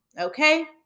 Okay